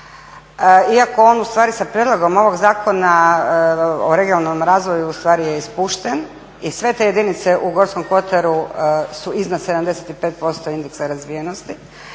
iako on ustvari sa prijedlogom ovog Zakona o regionalnom razvoju ustvari je ispušten i sve te jedinice u Gorskom kotaru su iznad 75% indeksa razvijenosti.